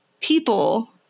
people